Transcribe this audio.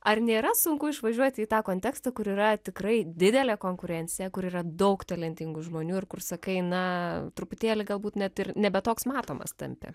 ar nėra sunku išvažiuoti į tą kontekstą kur yra tikrai didelė konkurencija kur yra daug talentingų žmonių ir kur sakai na truputėlį galbūt net ir nebe toks matomas tampi